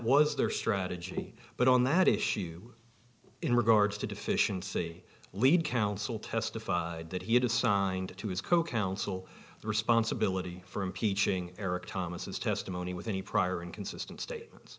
was their strategy but on that issue in regards to deficiency lead counsel testified that he had assigned to his co counsel responsibility for impeaching eric thomas testimony with any prior inconsistent statements